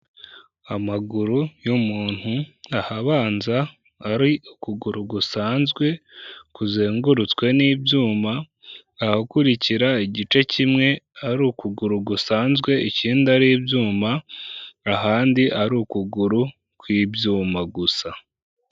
Amaguru y'umuntu ahabanza ari ukuguru gusanzwe kuzengurutswe n'ibyuma, ahakurikira igice kimwe ari ukuguru gusanzwe ikindi ari ibyuma, ahandi ari ukuguru kw'ibyuma gusa.